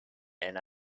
and